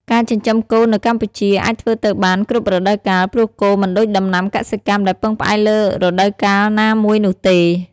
ការចិញ្ចឹមគោនៅកម្ពុជាអាចធ្វើទៅបាន គ្រប់រដូវកាល ព្រោះគោមិនដូចដំណាំកសិកម្មដែលពឹងផ្អែកលើរដូវកាលណាមួយនោះទេ។